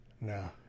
No